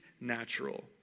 natural